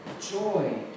joy